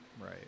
Right